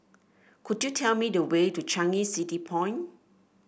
could you tell me the way to Changi City Point